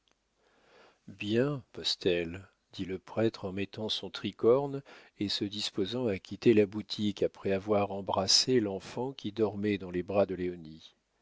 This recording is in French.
bien postel dit le prêtre en mettant son tricorne et se disposant à quitter la boutique après avoir embrassé l'enfant qui dormait dans les bras de léonie